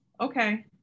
okay